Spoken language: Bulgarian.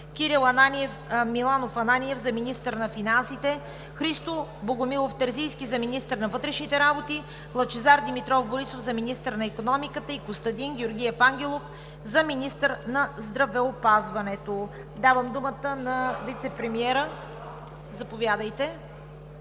Кирил Миланов Ананиев за министър на финансите; Христо Богомилов Терзийски за министър на вътрешните работи; Лъчезар Димитров Борисов за министър на икономиката и Костадин Георгиев Ангелов за министър на здравеопазването.“ Давам думата на вицепремиера… (Реплики.) Заповядайте